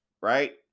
right